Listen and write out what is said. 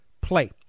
play